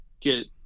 get